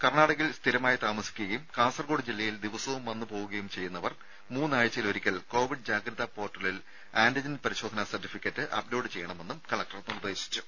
കർണ്ണാടകയിൽ സ്ഥിരമായി താമസിക്കുകയും കാസർകോട് ജില്ലയിൽ ദിവസവും വന്ന് പോവുകയും ചെയ്യുന്നവർ മൂന്നാഴ്ചയിലൊരിക്കൽ കോവിഡ് ജാഗ്രതാ പോർട്ടലിൽ ആന്റിജൻ പരിശോധനാ സർട്ടിഫിക്കറ്റ് അപ് ലോഡ് ചെയ്യണമെന്ന് കലക്ടർ നിർദ്ദേശിച്ചു